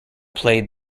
played